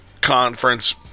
conference